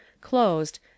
closed